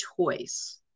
Choice